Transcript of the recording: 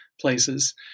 places